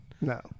No